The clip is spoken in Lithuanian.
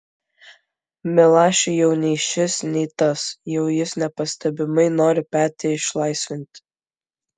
milašiui jau nei šis nei tas jau jis nepastebimai nori petį išlaisvinti